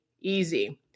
easy